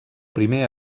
primer